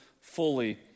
fully